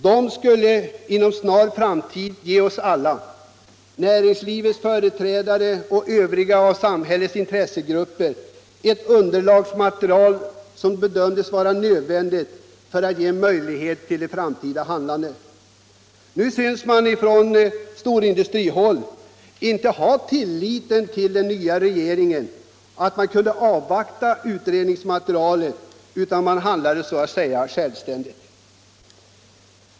De skulle inom en snar framtid ge oss alla — näringslivets företrädare och samhällets övriga intressegrupper — det underlag som bedömts vara nödvändigt för framtida handlande. Nu synes man från storindustrihåll inte hysa den tilliten till den nya regeringen att man kunde avvakta utredningsmaterialet, utan man hand lade så att säga självständigt.